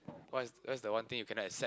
what's what's the one thing you cannot accept